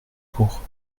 pour